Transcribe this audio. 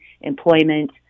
employment